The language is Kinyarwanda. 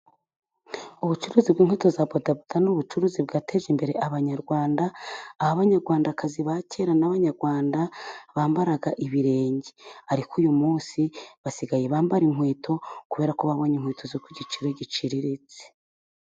Ubucuruzi bw'inkweto za bodaboda ni ubucuruzi bwateje imbere abanyarwanda, aho abanyarwandakazi ba kera n'abanyarwanda bambaraga ibirenge, ariko uyu munsi basigaye bambara inkweto kubera ko babonye inkweto zo ku giciro giciriritse.